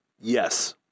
Yes